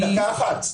דקה אחת.